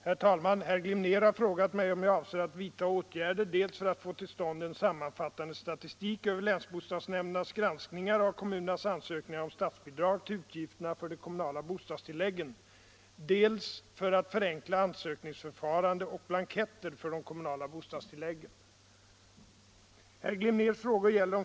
Herr talman! Herr Glimnér har frågat mig om jag avser att vidta åtgärder dels för att få till stånd en sammanfattande statistik över länsbostadsnämndernas granskningar av kommunernas ansökningar om statsbidrag till utgifterna för de kommunala bostadstilläggen, dels för att förenkla ansökningsförfarande och blanketter för de kommunala bostadstilläggen.